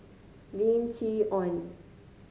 Lim Chee Onn